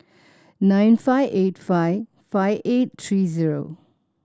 nine five eight five five eight three zero